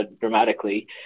dramatically